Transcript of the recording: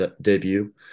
debut